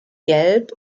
gelb